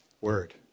word